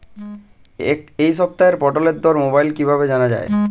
এই সপ্তাহের পটলের দর মোবাইলে কিভাবে জানা যায়?